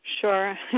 Sure